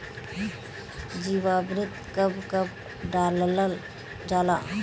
जीवामृत कब कब डालल जाला?